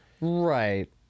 right